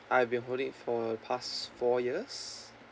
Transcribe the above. I've been holding for past four years